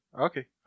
Okay